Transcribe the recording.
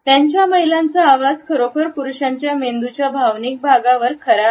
त्यांच्या महिलांचा आवाज खरोखर पुरुषांच्या मेंदूच्या भावनिक भागावर खऱ्या आहे